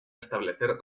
establecer